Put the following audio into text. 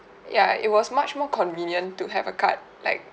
ya it was much more convenient to have a card like